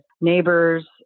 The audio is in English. neighbors